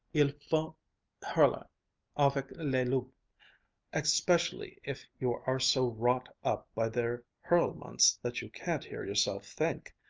il faut hurler avec les loups especially if you are so wrought up by their hurlements that you can't hear yourself think.